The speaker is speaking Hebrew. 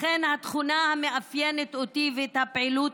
לכן התכונה המאפיינת אותי ואת הפעילות